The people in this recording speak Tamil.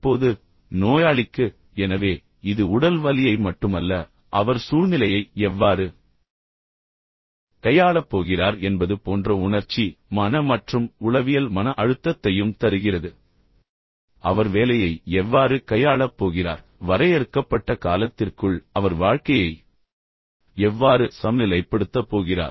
இப்போது நோயாளிக்கு எனவே இது உடல் வலியை மட்டுமல்ல அவர் சூழ்நிலையை எவ்வாறு கையாளப் போகிறார் என்பது போன்ற உணர்ச்சி மன மற்றும் உளவியல் மன அழுத்தத்தையும் தருகிறது அவர் வேலையை எவ்வாறு கையாளப் போகிறார் வரையறுக்கப்பட்ட காலத்திற்குள் அவர் வாழ்க்கையை எவ்வாறு சமநிலைப்படுத்தப் போகிறார்